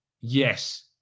yes